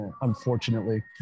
unfortunately